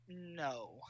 No